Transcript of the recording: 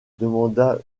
demanda